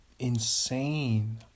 Insane